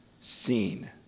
seen